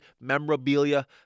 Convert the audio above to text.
memorabilia